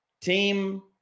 team